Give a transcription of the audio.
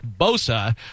Bosa